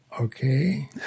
okay